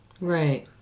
right